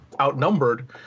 outnumbered